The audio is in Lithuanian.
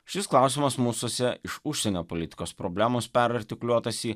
šis klausimas mūsuose iš užsienio politikos problemos perartikuliuotas į